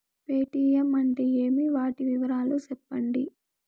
Paytm అంటే ఏమి, వాటి వివరాలు సెప్పండి?